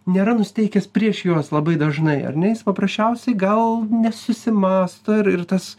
nėra nusiteikęs prieš juos labai dažnai ar ne jis paprasčiausiai gal nesusimąsto ir tas